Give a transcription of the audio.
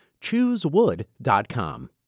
Choosewood.com